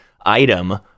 item